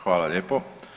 Hvala lijepo.